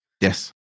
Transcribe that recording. Yes